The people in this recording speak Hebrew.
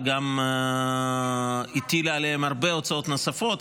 וגם הטילה עליהם הרבה הוצאות נוספות,